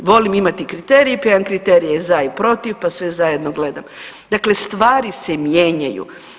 Volim imati kriterije, pa imam kriterije za i protiv, pa sve zajedno gledam, dakle stvari se mijenjaju.